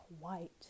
white